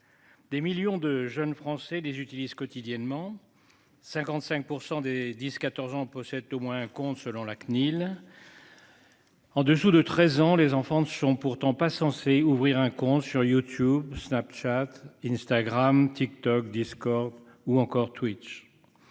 Des millions de jeunes Français les utilisent quotidiennement 55% des 10 14 ans possèdent au moins un compte selon la CNIL. En dessous de 13 ans, les enfants ne sont pourtant pas censé ouvrir un compte sur YouTube Snapchat Instagram TikTok discorde ou encore tu which.